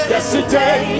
Yesterday